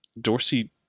Dorsey